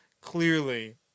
clearly